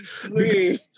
Please